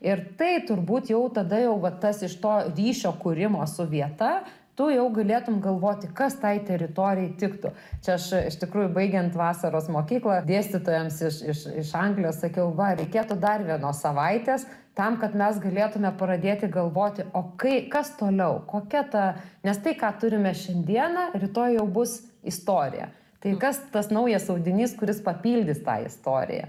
ir tai turbūt jau tada jau va tas iš to ryšio kūrimo su vieta tu jau galėtum galvoti kas tai teritorijai tiktų čia aš iš tikrųjų baigiant vasaros mokyklą dėstytojams iš iš iš anglijos sakiau va reikėtų dar vienos savaitės tam kad mes galėtume pradėti galvoti o kai kas toliau kokia ta nes tai ką turime šiandiena rytoj jau bus istorija tai kas tas naujas audinys kuris papildys tą istoriją